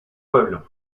pueblo